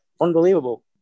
unbelievable